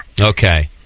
Okay